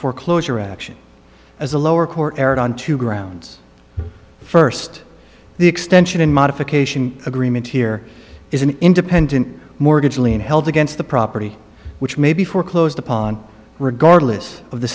foreclosure action as a lower court erred on two grounds first the extension in modification agreement here is an independent mortgage lien held against the property which may be foreclosed upon regardless of the